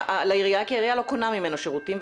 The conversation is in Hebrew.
לעירייה כי העירייה לא קונה ממנו שירותים,